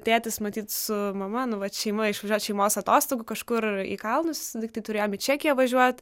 tėtis matyt su mama nu vat šeima išvažiuoti šeimos atostogų kažkur į kalnus susitikti turėjom į čekiją važiuot